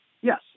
Yes